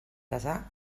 casar